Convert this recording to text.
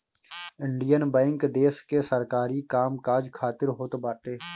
Indian Bank देस के सरकारी काम काज खातिर होत बाटे